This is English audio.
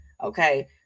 Okay